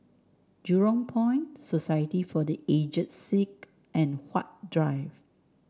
Jurong Point Society for The Aged Sick and Huat Drive